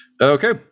okay